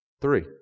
Three